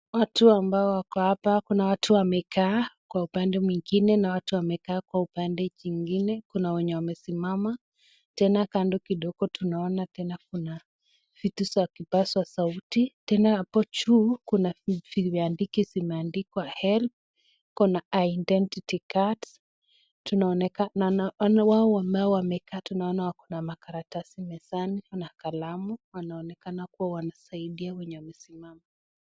Watu ambao wako hapa, kuna watu wamekaa kwa upande mwingine na watu wamekaa kwa upande jingine, kuna wenye wamesimama. Tena kando kidogo tunaona tena kuna vitu vya kipaza sauti. Tena hapo chini kuna viandiki zimeandikwa help. Kuna identity cards Tunaonekana wao ambao wamekaa, tunaona wako na makaratasi mezani, wana kalamu, wanaonekana kuwa wanasaidia wenye wamesimama.